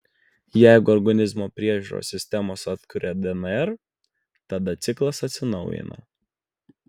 jeigu organizmo priežiūros sistemos atkuria dnr tada ciklas atsinaujina